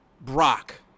Brock